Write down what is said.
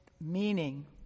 meaning